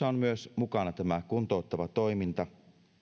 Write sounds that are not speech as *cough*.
*unintelligible* on myös mukana tämä kuntouttava toiminta